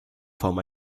form